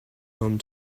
home